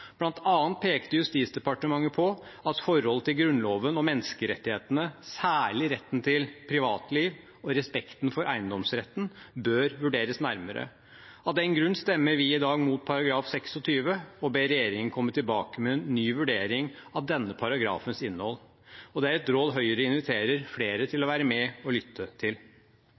pekte Justisdepartementet på at forhold til Grunnloven og menneskerettighetene, særlig retten til privatliv og respekten for eiendomsretten, bør vurderes nærmere. Av den grunn stemmer vi i dag mot § 26 og ber regjeringen komme tilbake med en ny vurdering av denne paragrafens innhold. Det er et råd Høyre inviterer flere til å være med og lytte til.